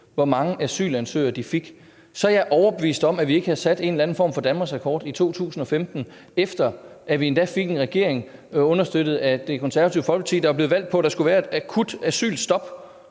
hvor mange asylansøgere de fik, så er jeg overbevist om, at vi ikke havde sat en eller anden form for Danmarksrekord i 2015, efter at vi endda havde fået en regering understøttet af Det Konservative Folkeparti, som var valgt på, at der skulle være et akut asylstop.